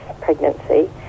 pregnancy